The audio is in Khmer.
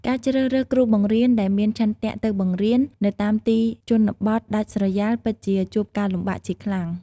ការជ្រើសរើសគ្រូបង្រៀនដែលមានឆន្ទៈទៅបង្រៀននៅតាមទីជនបទដាច់ស្រយាល ពិតជាជួបការលំបាកជាខ្លាំង។